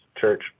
church